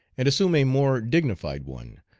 and assume a more dignified one,